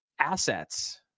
assets